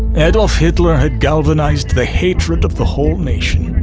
adolph hitler had galvanized the hatred of the whole nation.